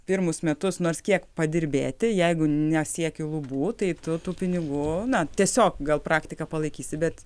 pirmus metus nors kiek padirbėti jeigu nesieki lubų tai tu tų pinigų na tiesiog gal praktiką palaikysi bet